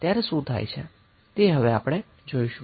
તે હવે આપણે જોઈશું